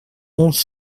onze